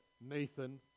Nathan